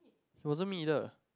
it wasn't me either